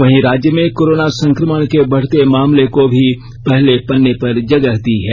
वहीं राज्य में कोरोना संक्रमण के बढ़ते मामले को भी पहले पन्ने पर जगह दी है